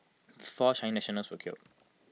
four Chinese nationals were killed